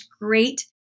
great